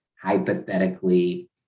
hypothetically